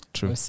True